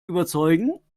überzeugen